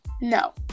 No